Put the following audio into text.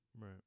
Right